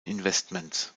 investments